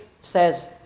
says